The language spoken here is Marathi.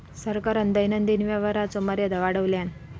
सरकारान दैनंदिन व्यवहाराचो मर्यादा वाढवल्यान